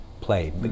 play